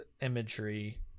imagery